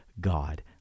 God